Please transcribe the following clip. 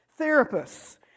Therapists